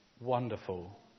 wonderful